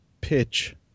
pitch